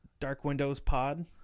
darkwindowspod